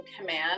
command